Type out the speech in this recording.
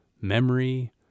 memory